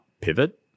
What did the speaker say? pivot